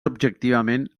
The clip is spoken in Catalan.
objectivament